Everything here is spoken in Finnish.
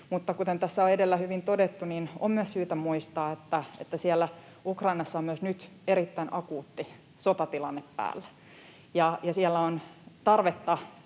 kuten tässä on edellä hyvin todettu, niin on myös syytä muistaa, että siellä Ukrainassa on nyt erittäin akuutti sotatilanne päällä ja siellä on tarvetta